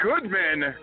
Goodman